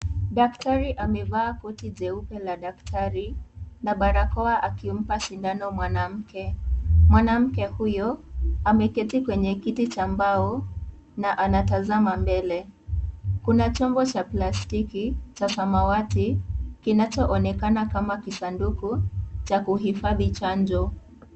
Daktari amevaa koti jeupe la daktari na barakoa akimpa sindano mwanamke, mwanamke huyo, ameketi kwenye kiti cha mbao na anatazama mbele, kuna chombo cha plastiki cha samawati kinachoonekana kama kisanduku, cha kuhifadhi chanjo.